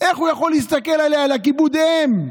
איך הוא יכול להסתכל עליה, על כיבוד אם?